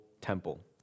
temple